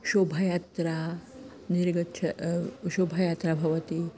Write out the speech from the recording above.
शोभयात्रा निर्गच्छ शोभयात्रा भवति